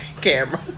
camera